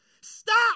Stop